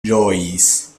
ĝojis